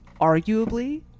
arguably